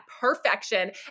Perfection